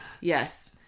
Yes